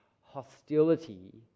hostility